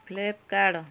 Flipkart